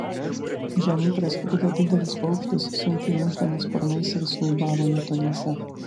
žemai praskrido didelis paukštis sunkiai mušdamas sparnais ir suūbavo netoliese